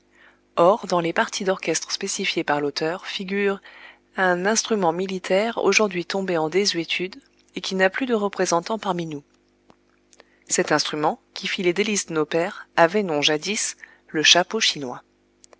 or dans les parties d'orchestre spécifiées par l'auteur figure un instrument militaire aujourd'hui tombé en désuétude et qui n'a plus de représentant parmi nous cet instrument qui fit les délices de nos pères avait nom jadis le